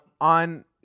On